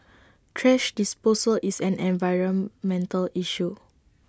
thrash disposal is an environmental issue